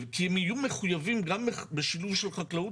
כי הם יהיו מחויבים גם בשילוב של חקלאות